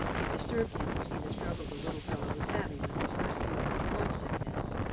it disturbed him to see the struggle the little fellow was having with his first feeling of homesickness,